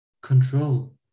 control